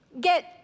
get